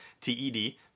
t-e-d